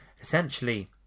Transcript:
essentially